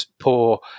poor